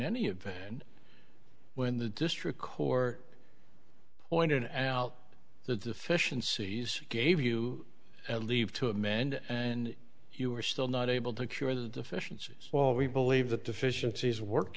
any event and when the district court went in and out the deficiencies gave you leave to amend and you are still not able to cure the deficiencies well we believe that deficiencies work